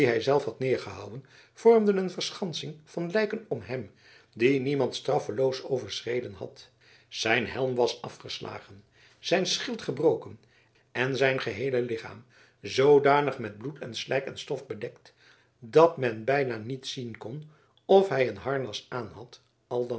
hij zelf had neergehouwen vormden een verschansing van lijken om hem die niemand straffeloos overschreden had zijn helm was afgeslagen zijn schild gebroken en zijn geheele lichaam zoodanig met bloed en slijk en stof bedekt dat men bijna niet zien kon of hij een harnas aanhad al